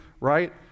right